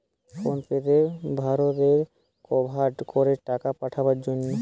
phone pay ভারতে ব্যাভার করে টাকা পাঠাবার জন্যে